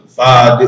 five